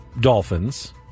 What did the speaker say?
Dolphins